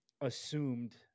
assumed